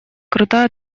крутая